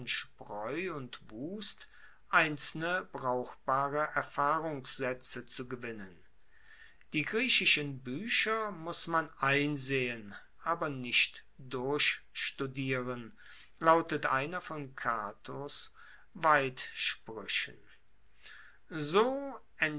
spreu und wust einzelne brauchbare erfahrungssaetze zu gewinnen die griechischen buecher muss man einsehen aber nicht durchstudieren lautet einer von catos weidspruechen so